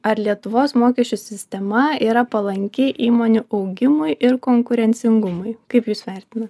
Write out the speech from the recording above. ar lietuvos mokesčių sistema yra palanki įmonių augimui ir konkurencingumui kaip jūs vertinat